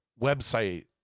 website